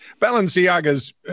Balenciaga's